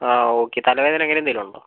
ആ ഓക്കെ തലവേദന അങ്ങനെ എന്തെങ്കിലും ഉണ്ടോ